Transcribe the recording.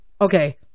Okay